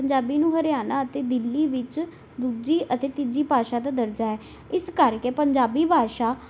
ਪੰਜਾਬੀ ਨੂੰ ਹਰਿਆਣਾ ਅਤੇ ਦਿੱਲੀ ਵਿੱਚ ਦੂਜੀ ਅਤੇ ਤੀਜੀ ਭਾਸ਼ਾ ਦਾ ਦਰਜਾ ਹੈ ਇਸ ਕਰਕੇ ਪੰਜਾਬੀ ਭਾਸ਼ਾ